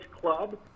club